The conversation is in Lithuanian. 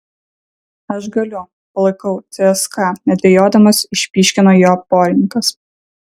aš galiu palaikau cska nedvejodamas išpyškino jo porininkas